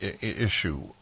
issue